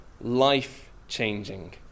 life-changing